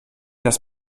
das